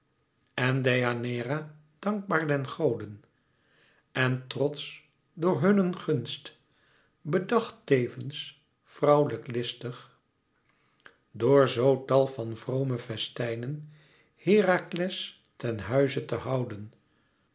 en deianeira dankbaar den goden en trotsch door hunnen gunst bedacht tevens vrouwelijk listig door zoo tal van vrome festijnen herakles ten huize te houden